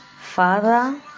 Father